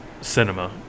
cinema